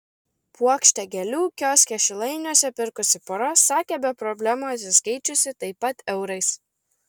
puokštę gėlių kioske šilainiuose pirkusi pora sakė be problemų atsiskaičiusi taip pat eurais